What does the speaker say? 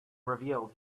revealed